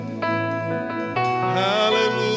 Hallelujah